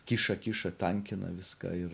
kiša kiša tankina viską ir